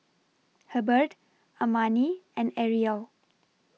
Hebert Amani and Arielle